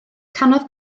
canodd